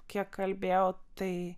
kiek kalbėjau tai